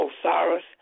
Osiris